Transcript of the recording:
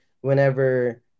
whenever